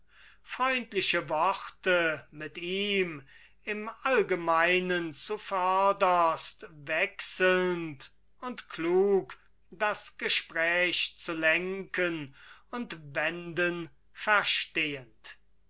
freundliche worte mit ihm im allgemeinen zuvörderst wechselnd und klug das gespräch zu lenken und wenden verstehend